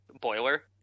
boiler